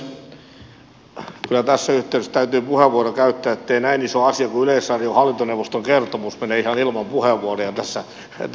kyllä tässä yhteydessä täytyy puheenvuoro käyttää ettei näin iso asia kuin yleisradion hallintoneuvoston kertomus mene ihan ilman puheenvuoroja tässä salissa